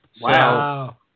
Wow